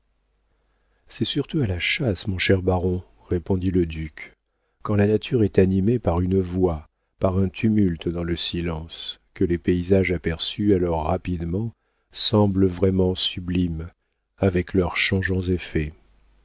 c'est surtout à la chasse mon cher baron répondit le duc quand la nature est animée par une voix par un tumulte dans le silence que les paysages aperçus alors rapidement semblent vraiment sublimes avec leurs changeants effets